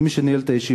את מי שניהל את הישיבה,